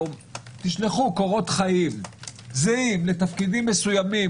תשלחו קורות חיים זהים לתפקידים מסוימים,